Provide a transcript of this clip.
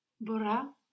Bora